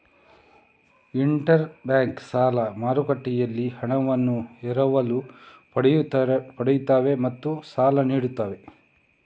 inter bank ಸಾಲ ಮಾರುಕಟ್ಟೆಯಲ್ಲಿ ಹಣವನ್ನು ಎರವಲು ಪಡೆಯುತ್ತವೆ ಮತ್ತು ಸಾಲ ನೀಡುತ್ತವೆ